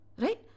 right